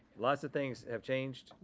lots of things have changed.